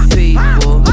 people